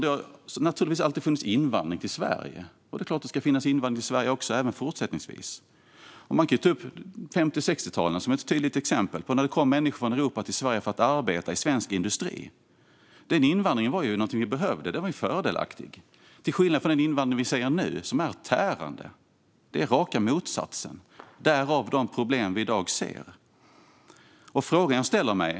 Det har naturligtvis alltid funnits invandring till Sverige, och det är klart att det ska finnas invandring till Sverige även fortsättningsvis. Man kan ta upp 50 och 60-talen som ett tydligt exempel på när det kom människor från Europa till Sverige för att arbeta i svensk industri. Den invandringen var ju någonting vi behövde - den var fördelaktig, till skillnad från den invandring vi ser nu, som är tärande. Det är raka motsatsen, därav de problem vi i dag ser.